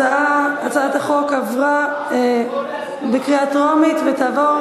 הצעת החוק עברה בקריאה טרומית ותעבור